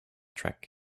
track